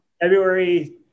February